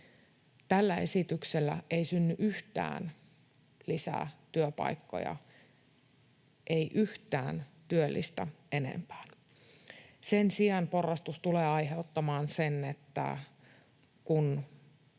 Tällä esityksellä ei synny yhtään työpaikkaa lisää, ei yhtään työllistä enempää. Sen sijaan porrastus tulee aiheuttamaan sen, että kun